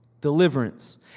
Deliverance